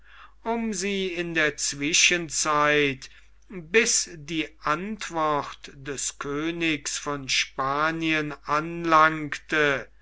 um sie in der zwischenzeit bis die antwort des königs aus spanien anlangte